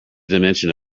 dimension